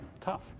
tough